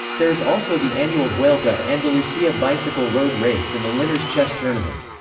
there is also the annual vuelta a andalucia bicycle road race and the linares chess tournament.